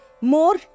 more